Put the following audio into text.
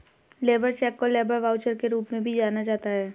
labour check को labour voucher के रूप में भी जाना जाता है